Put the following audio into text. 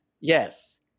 Yes